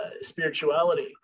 spirituality